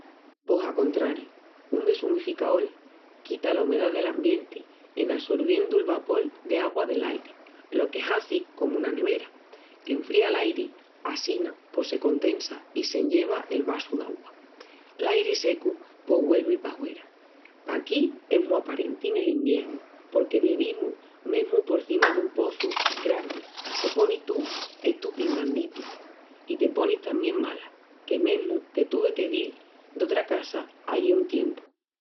Pos a contrariu, un desumificaol quita la umedá del ambienti en assorviendu'l vapol d'agua del airi. Lo que hazi es comu una nevera, qu'enfría l'airi i assina pos se condensa i s'enllena el vasu d'augua. I l'airi secu pos güelvi pahuera. Paquí es mu aparenti nel iviernu porque vivimus mesmu porcima dun pozu i, craru, se poni tó estu pinganditu i te ponis tamién mala que mesmu que tuvi que dil d'otra casa ai un tiempu.